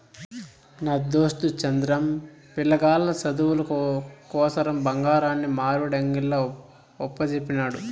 నా దోస్తు చంద్రం, పిలగాల్ల సదువుల కోసరం బంగారాన్ని మార్వడీ అంగిల్ల ఒప్పజెప్పినాడు